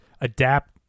adapt